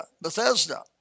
Bethesda